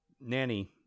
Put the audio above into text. Nanny